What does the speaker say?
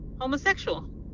homosexual